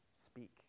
Speak